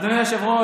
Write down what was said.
אדוני היושב-ראש,